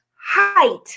height